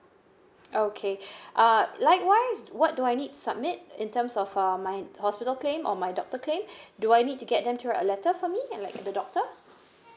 okay uh likewise what do I need submit in terms of um my hospital claim or my doctor claim do I need to get them through a letter for me and like the doctor